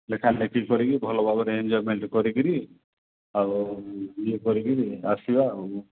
ଲେଖାଲେଖି କରିକି ଭଲ ଭାବରେ ଏନଜୟମେଣ୍ଟ୍ କରିକିରି ଆଉ ଇଏ କରିକିରି ଆସିବା ଆଉ